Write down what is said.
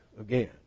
again